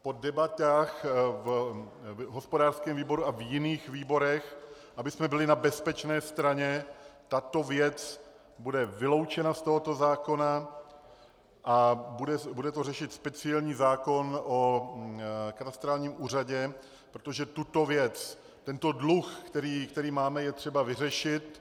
Po debatách v hospodářském výboru a v jiných výborech, abychom byli na bezpečné straně, tato věc bude vyloučena z tohoto zákona a bude to řešit speciální zákon o katastrálním úřadě, protože tuto věc, tento dluh, který máme, je třeba vyřešit.